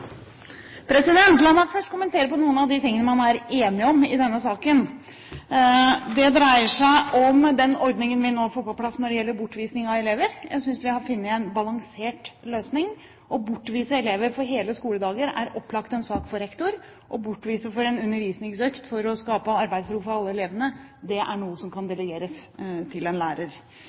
om i denne saken. Det dreier seg om den ordningen vi nå får på plass når det gjelder bortvisning av elever. Jeg synes vi har funnet en balansert løsning. Å bortvise elever for hele skoledager er opplagt en sak for rektor. Å bortvise for en undervisningsøkt for å skape arbeidsro for alle elevene er noe som kan delegeres til en lærer.